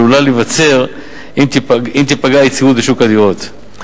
העלולה להיווצר אם תיפגע היציבות בשוק הדירות.